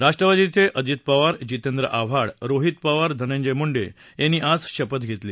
राष्ट्रवादीचे अजित पवार जितेंद्र आव्हाड रोहित पवार धनंजय मुंडे यांनी आज शपथ घेतली